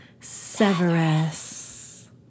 Severus